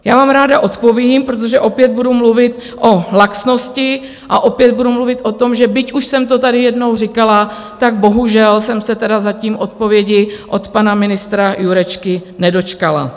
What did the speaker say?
Já vám ráda odpovím: protože opět budu mluvit o laxnosti a opět budu mluvit o tom, že, byť už jsem to tady jednou říkala, tak bohužel jsem se tedy zatím odpovědi od pana ministra Jurečky nedočkala.